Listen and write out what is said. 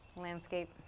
landscape